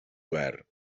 obert